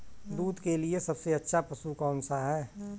दूध के लिए सबसे अच्छा पशु कौनसा है?